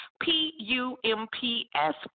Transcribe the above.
P-U-M-P-S